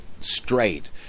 straight